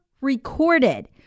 recorded